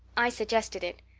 i suggested it.